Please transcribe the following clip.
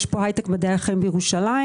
יש הייטק מדעי החיים בירושלים,